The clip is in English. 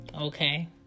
Okay